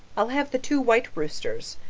i'll have the two white roosters.